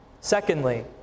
Secondly